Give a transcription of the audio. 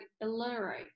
illiterate